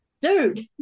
dude